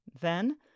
Then